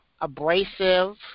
abrasive